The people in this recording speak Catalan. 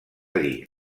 dir